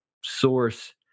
source